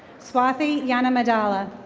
swati yanamadala.